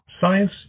science